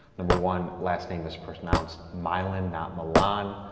number one last name is pronounced myelin, not milan.